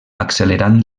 accelerant